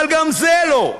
אבל גם זה לא,